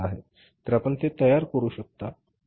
तर आपण ते तयार करू शकता